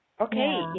Okay